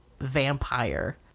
vampire